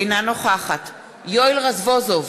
אינה נוכחת יואל רזבוזוב,